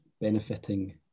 benefiting